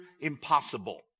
impossible